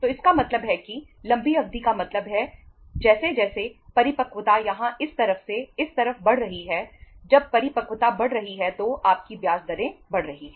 तो इसका मतलब है कि लंबी अवधि का मतलब है जैसे जैसे परिपक्वता यहां इस तरफ से इस तरफ बढ़ रही है जब परिपक्वता बढ़ रही है तो आपकी ब्याज दरें बढ़ रही हैं